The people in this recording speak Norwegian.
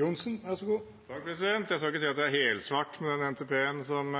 Jeg skal ikke si at det er helsvart med den NTP-en som